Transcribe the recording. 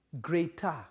greater